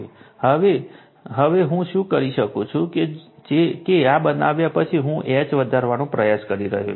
હવે હવે હું શું કરી શકું છું તે છે કે આ બનાવ્યા પછી હું H વધારવાનો પ્રયાસ કરી રહ્યા છે